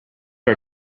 our